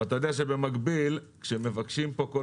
אבל אתה יודע שבמקביל כאשר מבקשים כאן כל